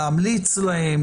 להמליץ אותם,